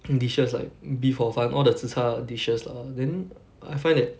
dishes like beef hor fun all the zi char dishes lah then I find that